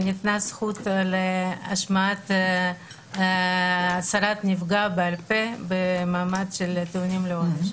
שניתנה זכות להשמעת הצהרת נפגע בעל פה במעמד של טיעונים לעונש.